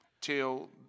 till